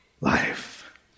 life